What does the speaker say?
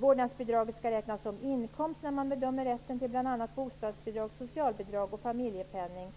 Vårdnadsbidraget skall räknas som inkomst när man bedömer rätten till bl.a. bostadsbidrag, socialbidrag och familjepenning.